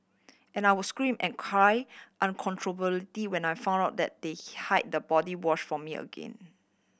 and I would scream and cry when I found out that they hid the body wash from me again